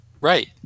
Right